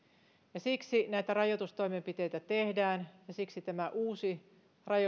ja siksi näitä rajoitustoimenpiteitä tehdään ja tämä uusi